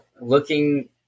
looking